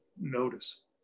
notice